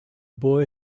boy